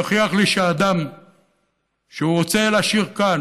ויוכיח לי שאדם שהוא רוצה להשאיר כאן